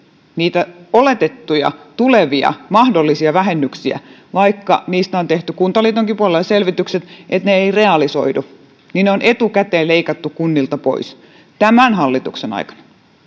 niitä oletettuja tulevia mahdollisia vähennyksiä vaikka niistä on tehty kuntaliitonkin puolella selvitykset että ne eivät realisoidu niin ne on etukäteen leikattu kunnilta pois tämän hallituksen aikana